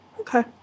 Okay